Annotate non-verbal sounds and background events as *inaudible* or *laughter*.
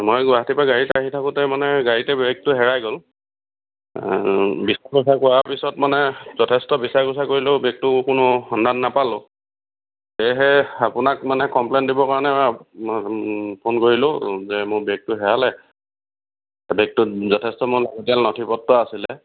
মই গুৱাহাটীৰ পৰা গাড়ীত আহি থাকোতে মানে গাড়ীতে বেগটো হেৰাই গ'ল বিচাৰ কোচাৰ কৰা পিচত মানে যথেষ্ঠ বিচাৰ খোচাৰ কৰিলোঁ বেগটোৰ কোনো সন্ধান নাপালো সেয়েহে আপোনাক মানে কম্প্লেন দিব কাৰনে ফোন কৰিলোঁ যে মোৰ বেগটো হেৰালে বেগটোত যথেষ্ঠ মান *unintelligible* নথি পত্ৰ আছিল